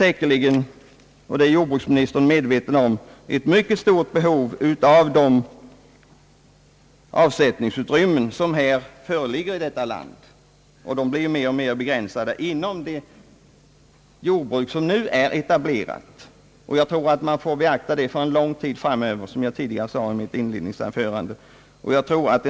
Det finns — och det är jordbruksministern säkerligen medveten om — ett mycket stort behov av de avsättningsutrymmen som föreligger i vårt land och som tyvärr blir alltmer begränsade i det egentliga jordbruk som nu har etablerats. Som jag sade i mitt inledningsanförande tror jag att man bör beakta denna sak för en lång tid framöver.